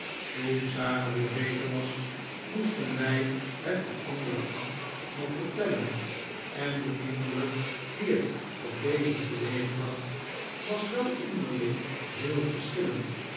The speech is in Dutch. toen sara weer beter was moesten wij het de andere acht nog vertellen en de indruk dien het op deze teweegbracht was wel onderling heel verschillend